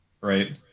right